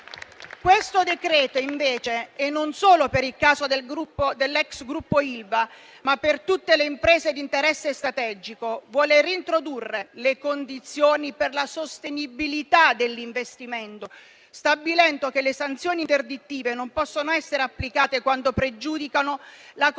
Questo decreto, invece, e non solo per il caso dell'ex gruppo Ilva, ma per tutte le imprese di interesse strategico, vuole reintrodurre le condizioni per la sostenibilità dell'investimento, stabilendo che le sanzioni interdittive non possono essere applicate quando pregiudicano la continuità